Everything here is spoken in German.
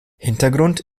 hintergrund